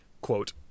quote